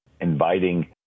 inviting